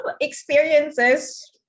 experiences